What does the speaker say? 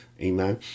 Amen